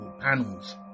panels